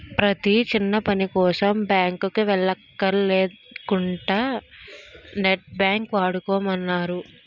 ప్రతీ చిన్నపనికోసం బాంకుకి వెల్లక్కర లేకుంటా నెట్ బాంకింగ్ వాడుకోమన్నారు